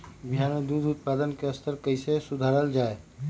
बिहार में दूध उत्पादन के स्तर कइसे सुधारल जाय